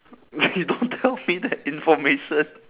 !hey! don't tell me that information